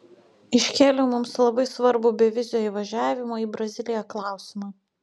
iškėliau mums labai svarbų bevizio įvažiavimo į braziliją klausimą